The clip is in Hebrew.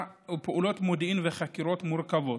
ופעולות מודיעין וחקירות מורכבות,